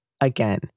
Again